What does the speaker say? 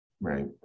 Right